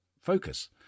focus